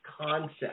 concept